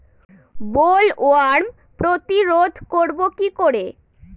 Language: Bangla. বোলওয়ার্ম প্রতিরোধ করব কি করে?